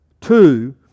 Two